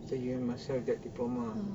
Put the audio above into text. so you must have that diploma